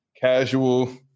Casual